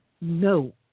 no